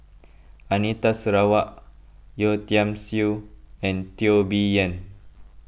Anita Sarawak Yeo Tiam Siew and Teo Bee Yen